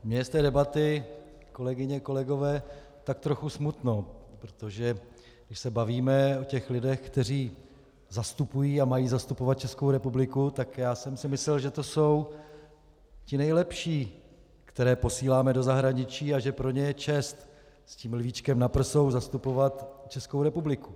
Mně je z té debaty, kolegyně a kolegové, tak trochu smutno, protože když se bavíme o těch lidech, kteří zastupují a mají zastupovat Českou republiku, tak já jsem si myslel, že to jsou ti nejlepší, které posíláme do zahraničí, a že pro ně je čest s tím lvíčkem na prsou zastupovat Českou republiku.